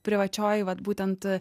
privačioj vat būtent